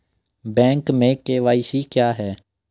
Bank में KYC क्या है?